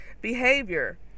behavior